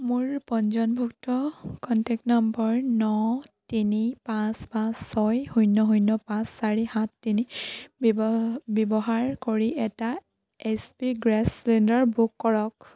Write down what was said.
মোৰ পঞ্জীয়নভুক্ত contact number ন তিনি পাঁচ পাঁচ ছয় শূন্য শূন্য পাঁচ চাৰি সাত তিনি ব্যৱ ব্যৱহাৰ কৰি এটা H P gas cylinder book কৰক